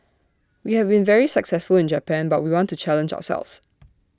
we have been very successful in Japan but we want to challenge ourselves